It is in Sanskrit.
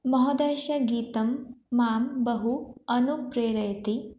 महोदयस्य गीतं मां बहु अनुप्रेरयति